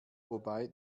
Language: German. wobei